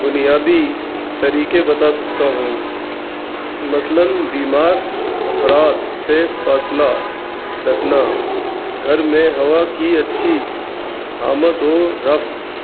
بنیادی طریقے بتا سکتا ہوں مثلاً بیمار افراد سے فاصلہ رکھنا گھر میں ہوا کی اچھی آمد و رف